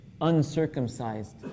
uncircumcised